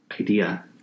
idea